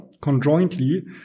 conjointly